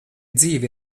dzīve